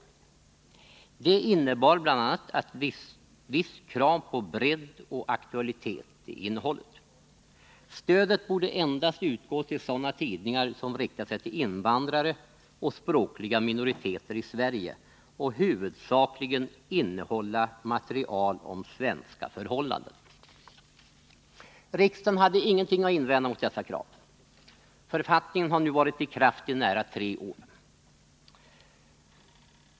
Det innebar bl.a. ett visst krav på bredd och aktualitet i innehållet. Stödet borde endast utgå till sådana tidningar som riktar sig till invandrare och språkliga minoriteter i Sverige och huvudsakligen innehåller material om svenska förhållanden. Riksdagen hade inget att invända mot dessa krav. Författningen har varit i kraft i nära tre år.